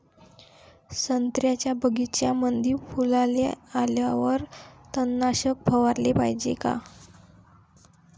संत्र्याच्या बगीच्यामंदी फुलाले आल्यावर तननाशक फवाराले पायजे का?